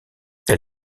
elle